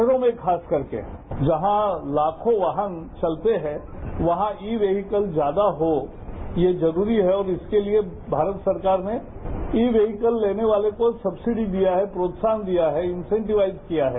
शहरों में खास करके जहां लाखों वाहन चलते हैं वहां ई स्हीकल ज्यादा हो ये जरूरी है और इसके लिए भारत सरकार ने ई हीकल लेने वाले को सब्सिडी दिया है प्रोत्साहन दिया है इंसेंटीवाइस किया है